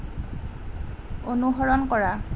অনুসৰণ কৰা